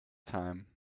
time